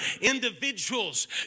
individuals